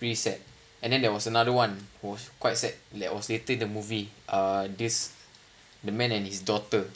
really sad and then there was another one was quite sad that was later the movie uh this the man and his daughter